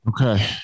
Okay